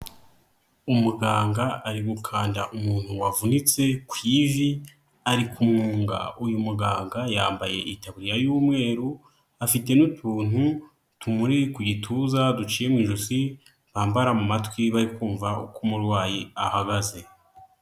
Umuganga ari gukanda umuntu wavunitse ku ivi ari ku mwunga, uyu muganga yambaye ikaburiya y'umweru afite n'utuntu tumuri ku gituza duciye mu ijosi bambara mu matwi bari kumva uko umurwayi ahagaze.